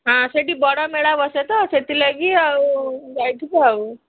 ହଁ ସେଇଠି ବଡ଼ ମେଳା ବସେ ତ ସେଥିଲାଗି ଆଉ ଯାଇଥିବ ଆଉ